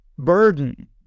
burden